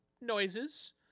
noises